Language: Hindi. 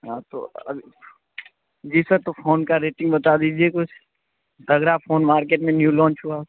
हाँ तो अभी जी सर तो फ़ोन का रेटिंग बता दीजिए कुछ तगड़ा फ़ोन मार्केट में न्यू लोंच हुआ हो